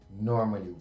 normally